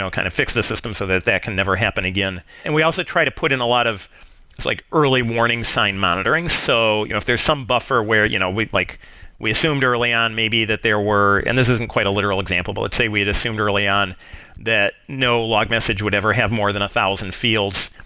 kind of fix the system so that that can never happen again. and we also try to put in a lot of just like early warning sign monitoring. so you know if there's some buffer where you know we like we assumed early on maybe that there were and this isn't quite a literal example, but let's say we had assumed early on that no log message would ever have more than a thousand fields.